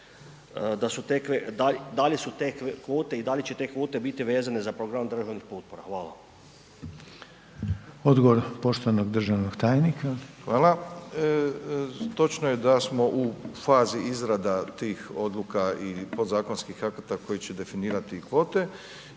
da li su te kvote i da li će te kvote biti vezane za program državnih potpora? Hvala. **Reiner, Željko (HDZ)** Odgovor poštovanog državnog tajnika. **Milatić, Ivo** Hvala. Točno je da smo u fazi izrada tih odluka i podzakonskih akata koji će definirati kvote